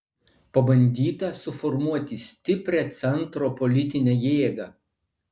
pabandyta suformuoti stiprią centro politinę jėgą